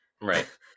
Right